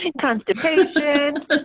constipation